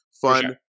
fun